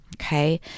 Okay